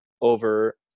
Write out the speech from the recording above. over